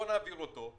בואו נעביר אותו,